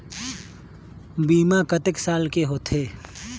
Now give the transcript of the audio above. बीमा कतेक साल के होथे?